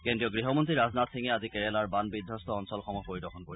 কেন্দ্ৰীয় গৃহমন্ত্ৰী ৰাজনাথ সিঙে আজি কেৰালাৰ বান্ধ বিধবস্ত অঞ্চলসমূহ পৰিদৰ্শন কৰিব